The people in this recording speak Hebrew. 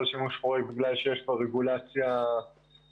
שימוש חורג בגלל שיש פה רגולציה חדשה.